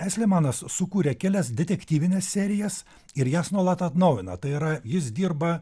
estlemanas sukūrė kelias detektyvines serijas ir jas nuolat atnaujina tai yra jis dirba